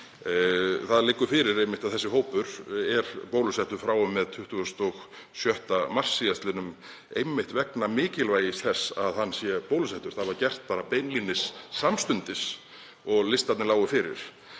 Það liggur fyrir að þessi hópur er bólusettur frá og með 26. mars síðastliðnum einmitt vegna mikilvægis þess að hann sé bólusettur. Það var gert beinlínis samstundis og listarnir lágu fyrir.